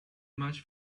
much